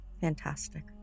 Fantastic